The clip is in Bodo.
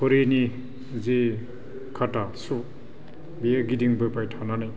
घरिनि जि खाथा सु बेयो गिदिंबोबाय थानानै